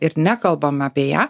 ir nekalbam apie ją